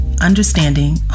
understanding